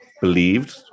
believed